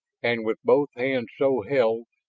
and with both hands so held,